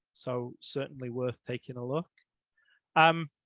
so certainly, worth taking a look um